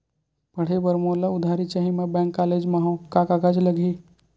पढ़े बर मोला उधारी चाही मैं कॉलेज मा हव, का कागज लगही?